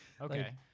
Okay